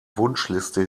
wunschliste